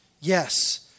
Yes